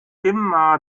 immer